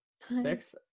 Six